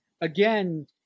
again